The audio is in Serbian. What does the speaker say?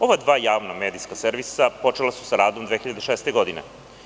Ova dva javna medijska servisa počela su sa radom 2006. godine.